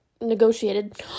negotiated